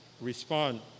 respond